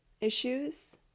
issues